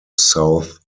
south